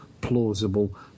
plausible